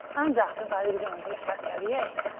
and that of alexandre chatellier.